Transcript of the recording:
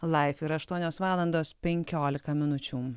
laif ir aštuonios valandos penkiolika minučių